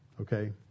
okay